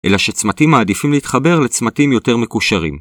אלא שצמתים מעדיפים להתחבר לצמתים יותר מקושרים.